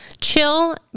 chill